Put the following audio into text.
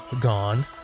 gone